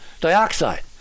dioxide